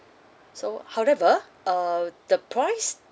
so however uh the price